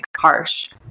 harsh